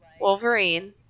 Wolverine